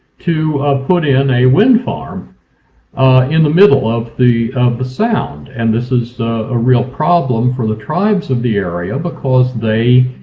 to put in a wind farm in the middle of the the sound. and this is a real problem for the tribes of the area because they